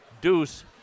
Deuce